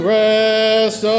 rest